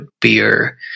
beer